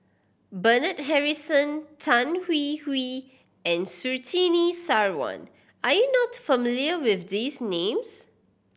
Bernard Harrison Tan Hwee Hwee and Surtini Sarwan are you not familiar with these names